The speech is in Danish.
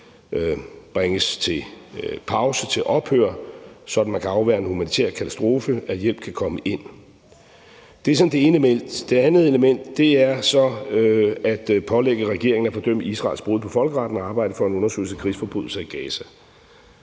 bringes til pause, til ophør, sådan at man kan afværge en humanitær katastrofe, og at hjælpen kan komme ind. Det er sådan det ene element. Det andet element er så at pålægge regeringen at fordømme Israels brud på folkeretten og at arbejde for en undersøgelse af krigsforbrydelser i Gaza.